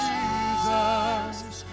Jesus